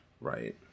right